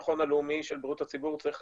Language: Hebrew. הבטחון הלאומי של בריאות הציבור צריך